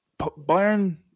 Bayern